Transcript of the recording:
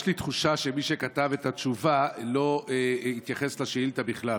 יש לי תחושה שמי שכתב את התשובה לא התייחס לשאילתה בכלל.